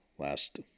last